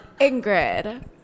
ingrid